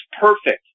perfect